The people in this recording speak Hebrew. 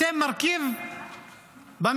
אתם מרכיב בממשלה.